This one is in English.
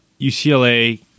UCLA